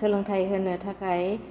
सोलोंथाइ होनो थाखाय